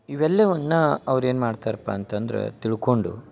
ಇವೆಲ್ಲೆವನ್ನ ಅವ್ರು ಏನು ಮಾಡ್ತಾರಪ್ಪ ಅಂತಂದ್ರ ತಿಳ್ಕೊಂಡು